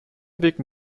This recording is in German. wirken